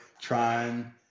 trying